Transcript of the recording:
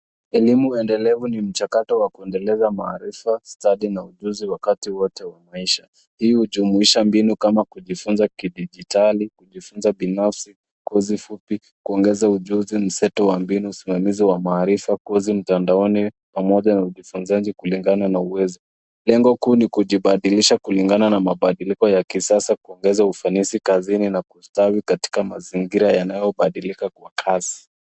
Elimu endelevu ni mchakato wa kuendeleza maarifa, stadi na ujuzi wakati wote wa maisha. Hii hujumuisha mbinu kama kujifunza kidijitali, kujifunza binafsi, kozi fupi, kuongeza ujuzi, mseto wa mbinu, usimamizi wa maarifa, kozi mtandaoni, pamoja na ujifunzaji kulingana na uwezo. Lengo kuu ni kujibadilisha kulingana na mabadiliko ya kisasa, kuongeza ufanisi kazini na kustawi katika mazingira yanayobadilika kwa kasi.